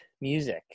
music